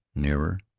nearer,